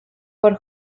por